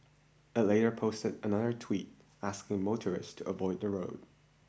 it later posted another tweet asking motorists to avoid the road